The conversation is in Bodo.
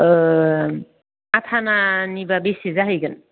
ओह आटानानिबा बेसे जाहैगोन